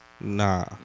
Nah